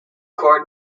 court